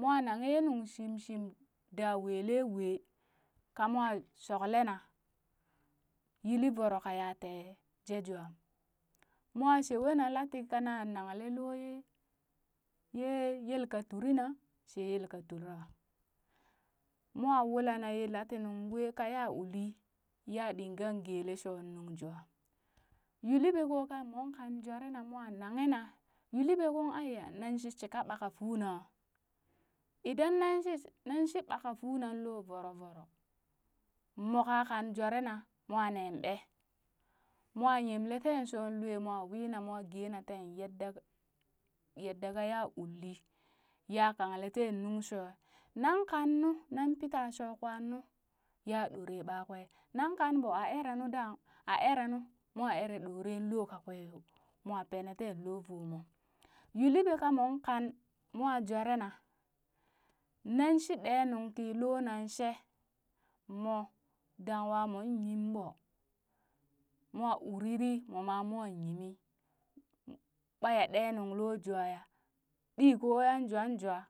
mo nanghe ye nuŋ shimshim da welee wee, ka mo shokle na, yili voro kaya tee jejwa mo shewena laka ti kana nanle loo yee ye yelka turina shee yelka tura, mo wula na lati nung wee kaya uli ya digan gelee shoo nuŋ jwaa, yuu libe ko ka in mong kan jware na mwa nanghe na yuu liɓe kung aiya nan shi shika ɓaka fuunaa, idan nan shi nan shi ɓaka fuunaa loo voro voro mo ka kan jwaare na mo nee ɓee? mo yemle teen shoo loe mwa wina mwa geena teen yadda yadda ka ya uli, ya kangleteen nuŋ shue, nan kannu nan pita shoo kwa nu ya ɗore ɓakwee nan kanɓo a eree nu daa a eree nu mwa eree ɗore loo kakwee yo, mwa pene teen loo vomo. Yuu liɓe ka mon kan mwa jware na nan shi ɗe nuŋ ki loo nan shee, mo dangwa moon yimɓo mwa uriri moma mwa yimi ɓaya ɗee nunŋ loo jwaaya ɗii koo yan jang jwat.